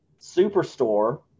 Superstore